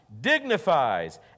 dignifies